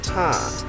time